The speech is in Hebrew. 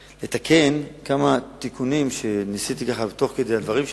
לתקן כמה תיקונים שניסיתי לתקן תוך כדי הדברים שלך,